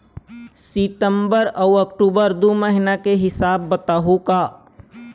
सितंबर अऊ अक्टूबर दू महीना के हिसाब बताहुं का?